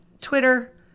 Twitter